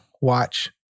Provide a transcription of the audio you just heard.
watch